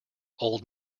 old